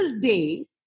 day